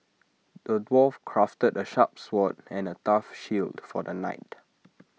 the dwarf crafted A sharp sword and A tough shield for the knight